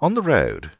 on the road